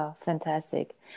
Fantastic